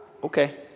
okay